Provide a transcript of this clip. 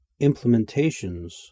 Implementations